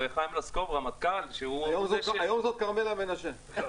היום זו כרמלה מנשה.